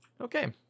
Okay